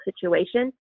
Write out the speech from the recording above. situation